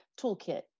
toolkit